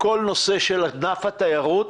כל נושא של ענף התיירות,